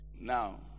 Now